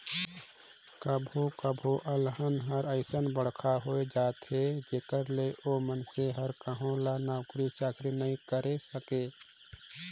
कभो कभो अलहन हर अइसन बड़खा होए जाथे जेखर ले ओ मइनसे हर कहो ल नउकरी चाकरी नइ करे सके